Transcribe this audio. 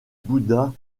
bouddha